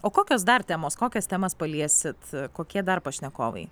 o kokios dar temos kokias temas paliesit kokie dar pašnekovai